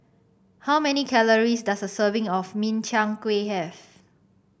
how many calories does a serving of Min Chiang Kueh have